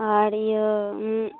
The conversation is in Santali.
ᱟᱨ ᱤᱭᱟᱹ ᱩᱢᱜ